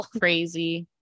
crazy